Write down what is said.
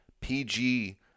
PG